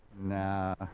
Nah